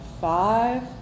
five